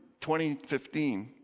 2015